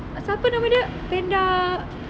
siapa nama dia panda